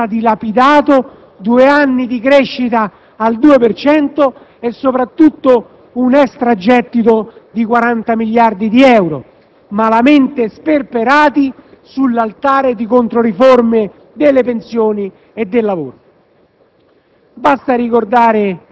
Prodi, in sostanza, ha dilapidato due anni di crescita al 2 per cento e, soprattutto, un extragettito di 40 miliardi di euro, malamente sperperati sull'altare di controriforme delle pensioni e del lavoro.